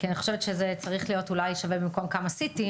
כי אני חושבת שזה צריך להיות אולי שווה במקום כמה CT,